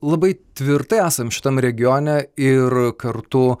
labai tvirtai esam šitam regione ir kartu